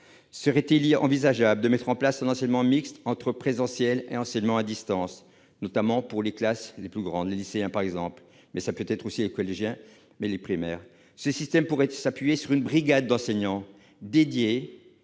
Serait-il envisageable de mettre en place un enseignement mixte entre présentiel et enseignement à distance, notamment pour les classes les plus grandes, les lycéens par exemple, voire pour les collégiens et les primaires ? Ce système pourrait s'appuyer sur une brigade d'enseignants dédiés